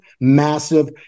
massive